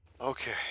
Okay